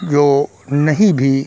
जो नहीं भी